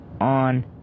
on